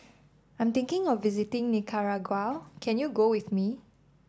I'm thinking of visiting Nicaragua can you go with me